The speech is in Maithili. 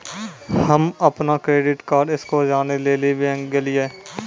हम्म अपनो क्रेडिट कार्ड स्कोर जानै लेली बैंक गेलियै